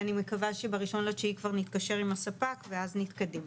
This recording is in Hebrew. אני מקווה שב-1.9 כבר נתקשר עם הספק ואז נתקדם.